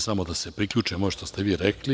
Samo da se priključim onome što ste rekli.